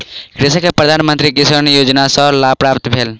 कृषक के प्रधान मंत्री किसान योजना सॅ लाभ प्राप्त भेल